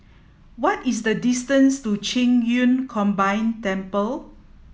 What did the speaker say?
what is the distance to Qing Yun Combined Temple